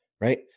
Right